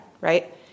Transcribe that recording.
right